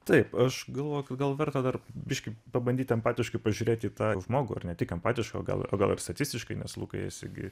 taip aš galvo gal verta dar biškį pabandyt empatiškai pažiūrėti į tą žmogų ar ne tik empatiškai o gal o gal ir statistiškai nes lukai esi gi